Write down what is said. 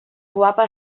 guapa